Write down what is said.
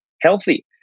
healthy